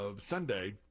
Sunday